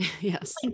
Yes